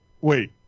Wait